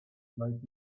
like